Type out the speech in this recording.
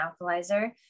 Alkalizer